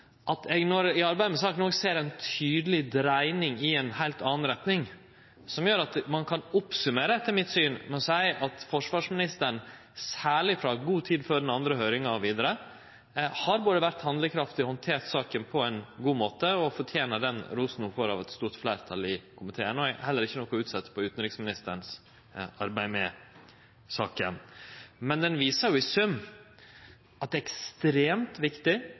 at eg i arbeidet med saka ser ei tydeleg dreiing i ei heilt anna retning. Det gjer at ein kan summere opp med å seie at forsvarsministeren, særleg fordi ein har hatt god tid før den andre høyringa og vidare, har vore både handlekraftig og handtert saka på ein god måte og fortener den rosen ho får av eit stort fleirtal i komiteen. Eg har heller ikkje noko å utsetje på utanriksministeren sitt arbeid med saka. Men saka viser jo i sum at det er ekstremt viktig